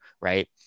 Right